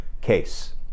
case